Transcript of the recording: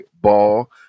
ball